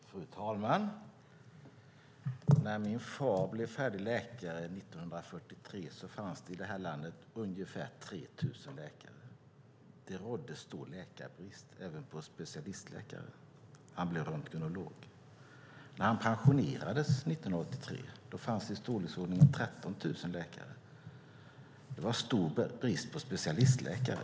Fru talman! När min far blev färdig läkare 1943 fanns det ungefär 3 000 läkare i det här landet. Det rådde stor läkarbrist och även brist på specialistläkare. Han blev röntgenolog. När han pensionerades 1983 fanns det ca 13 000 läkare. Det var stor brist på specialistläkare.